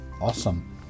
awesome